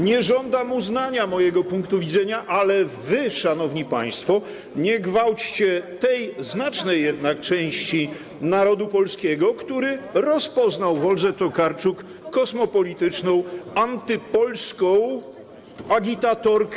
Nie żądam uznania mojego punktu widzenia, ale wy, szanowni państwo, nie gwałćcie tej znacznej jednak części narodu polskiego, który rozpoznał w Oldze Tokarczuk kosmopolityczną, antypolską agitatorkę.